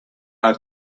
are